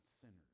sinners